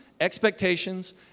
expectations